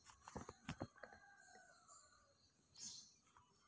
ಒಂದು ಎಕರೆ ಗದ್ದೆಗೆ ರಾಸಾಯನಿಕ ರಸಗೊಬ್ಬರ ಎಷ್ಟು ಪ್ರಮಾಣದಲ್ಲಿ ಹಾಕುತ್ತಾರೆ?